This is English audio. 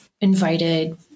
invited